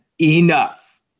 enough